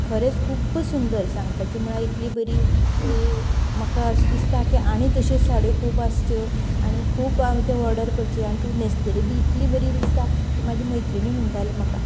खरेंच खूब्ब सुंदर सांगपाचे म्हळ्यार इतली बरी की म्हाका अशें दिसता की आनी तश्यो साडयो खूब आसच्यो आनी खूब ऑर्डर करच्यो ती न्हेसतकीर बी इतली बरी दिसता की म्हजी मैत्रिणी म्हणटाली म्हाका